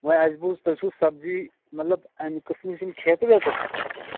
ووں اَسہِ بوز تُہۍ چھو سبزی مطلب اَمہِ قسمٕچ یِم کھیٚتہِ ویتہٕ